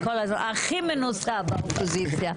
הכי מנוסה באופוזיציה.